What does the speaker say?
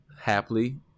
happily